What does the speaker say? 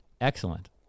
Excellent